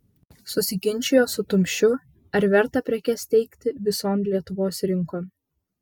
susiginčijo su tumšiu ar verta prekes teikti vison lietuvos rinkon